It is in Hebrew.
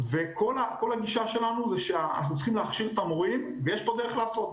וכל הגישה שלנו היא שאנחנו צריכים להכשיר את המורים ויש פה דרך לעשות,